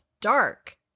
dark